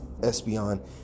Espeon